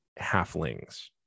halflings